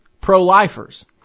pro-lifers